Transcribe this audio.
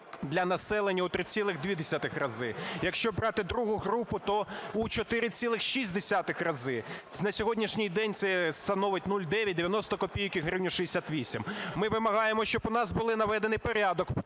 для населення у 3,2 рази, якщо брати другу групу, то у 4,6 рази. На сьогоднішній день це становить 90 копійок і 1 гривню 68. Ми вимагаємо, щоб у нас був наведений порядок